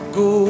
go